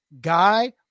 guy